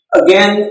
again